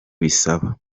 bisaba